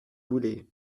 voulez